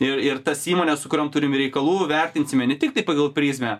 ir ir tas įmones su kuriom turim reikalų vertinsime ne tik pagal prizmę